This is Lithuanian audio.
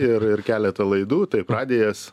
ir ir keletą laidų taip radijas